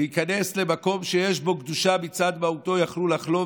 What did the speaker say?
להיכנס למקום שיש בו קדושה מצד מהותו יכלו לחלום,